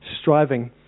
striving